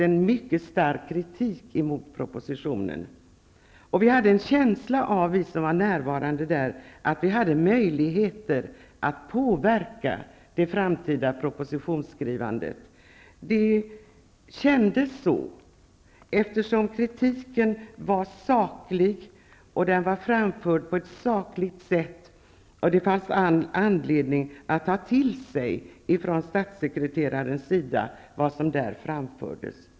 En mycket stark kritik mot propositionen uttalades, och vi som var närvarande hade en stark känsla av att vi hade möjligheter att påverka det framtida propositionsskrivandet. Det kändes på det sättet, eftersom kritiken var saklig och sakligt framförd, och det fanns all anledning för statssekreteraren att ta till sig det som framfördes.